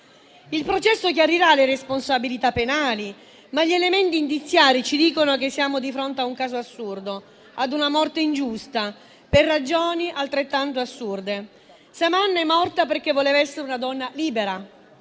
Il processo chiarirà le responsabilità penali, ma gli elementi indiziari ci dicono che siamo di fronte a un caso assurdo, ad una morte ingiusta per ragioni altrettanto assurde. Saman è morta perché voleva essere una donna libera,